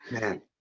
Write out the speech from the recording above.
man –